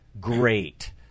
great